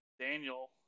Daniel